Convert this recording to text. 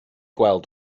gweld